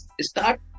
start